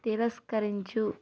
తిరస్కరించు